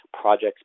projects